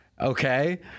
Okay